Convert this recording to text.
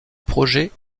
projet